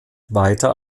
weiter